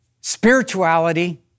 Spirituality